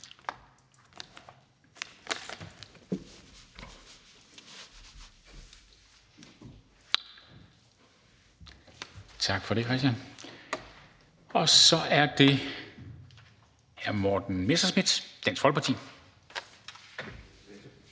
tak for det. Så er det hr. Morten Messerschmidt, Dansk Folkeparti.